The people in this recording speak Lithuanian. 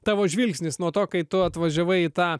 tavo žvilgsnis nuo to kai tu atvažiavai į tą